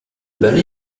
ballet